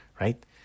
right